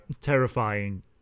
terrifying